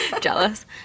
Jealous